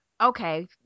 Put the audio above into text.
Okay